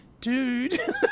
dude